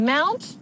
Mount